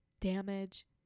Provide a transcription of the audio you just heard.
damage